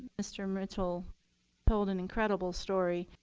mr. mitchell told an incredible story,